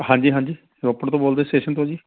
ਹਾਂਜੀ ਹਾਂਜੀ ਰੋਪੜ ਤੋਂ ਬੋਲਦੇ ਹਾਂ ਸਟੇਸ਼ਨ ਤੋਂ ਜੀ